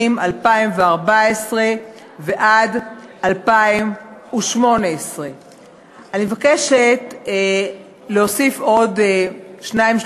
2014 2018. אני מבקשת להוסיף עוד שניים,